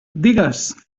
digues